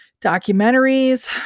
documentaries